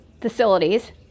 facilities